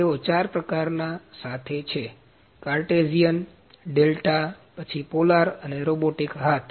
તેથી તેઓ ચાર પ્રકારના સાથે છે કાર્ટેઝિયન ડેલ્ટા પછી પોલર અને રોબોટિક હાથ